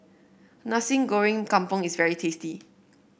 Nasi Goreng Kampung is very tasty